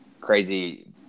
crazy